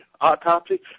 autopsy